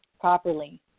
properly